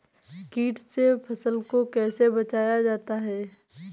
कीट से फसल को कैसे बचाया जाता हैं?